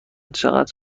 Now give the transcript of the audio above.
چقدر